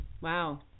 Wow